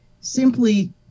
simply